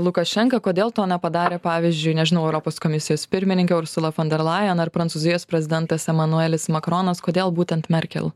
lukašenka kodėl to nepadarė pavyzdžiui nežinau europos komisijos pirmininkė ursula fonderlajen ar prancūzijos prezidentas emanuelis makronas kodėl būtent merkel